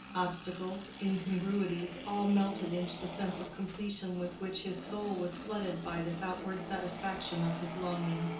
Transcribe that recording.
obstacles, incongruities all melted into the sense of completion with which his soul was flooded by this outward satisfaction of his longing.